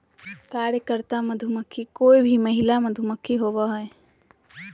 कार्यकर्ता मधुमक्खी कोय भी महिला मधुमक्खी होबो हइ